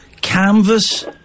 canvas